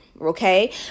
okay